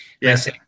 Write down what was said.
Yes